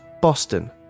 Boston